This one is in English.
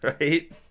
Right